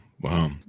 Wow